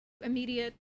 immediate